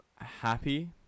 happy